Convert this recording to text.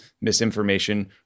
misinformation